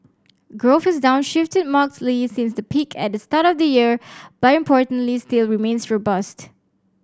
growth has downshifted markedly since the peak at the start of the year but importantly still remains robust